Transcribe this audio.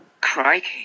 Crikey